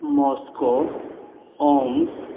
Moscow Omsk